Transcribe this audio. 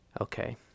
Okay